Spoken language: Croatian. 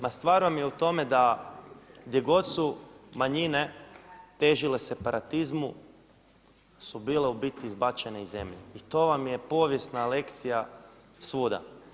Ma stvar vam je u tome da gdje god su manjine težile separatizmu su bile u biti izbačene iz zemlje i to vam je povijesna lekcija svuda.